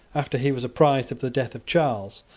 after he was apprised of the death of charles,